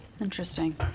Interesting